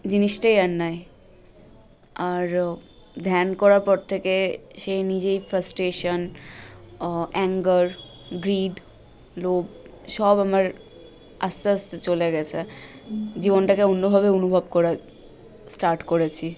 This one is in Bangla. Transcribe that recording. জিনিসটাই আর নাই আর ধ্যান করার পর থেকে সেই নিজেই ফ্রাস্টেশান অ্যাঙ্গার গ্রিড লোভ সব আমার আস্তে আস্তে চলে গেছে জীবনটাকে অন্যভাবে অনুভব করা স্টার্ট করেছি